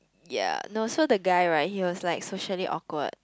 ya know so the guy right he was like socially awkward